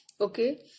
Okay